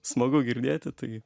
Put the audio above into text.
smagu girdėti tai